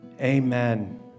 Amen